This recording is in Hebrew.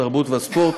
התרבות והספורט,